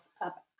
up